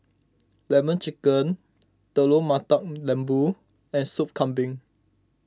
Lemon Chicken Telur Mata Lembu and Soup Kambing